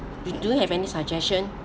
you do you have any suggestion